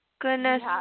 goodness